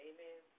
Amen